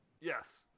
Yes